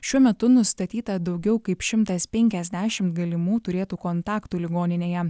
šiuo metu nustatyta daugiau kaip šimtas penkiasdešimt galimų turėtų kontaktų ligoninėje